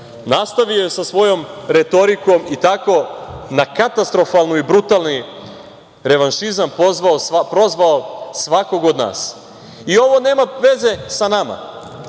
nastavio je sa svojom retorikom i tako na katastrofalan i brutalni revanšizam prozvao svakog od nas. Ovo nema veze sa nama.